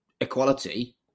equality